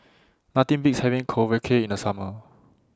Nothing Beats having Korokke in The Summer